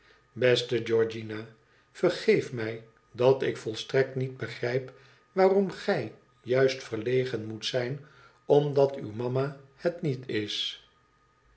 beste georgiana vergeef mij dat ik volstrekt niet begrijp waarom gij juist verlegen moet zijn omdat uwe mama het niet is